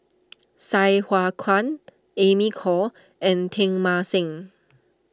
Sai Hua Kuan Amy Khor and Teng Mah Seng